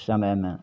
समयमे